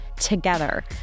together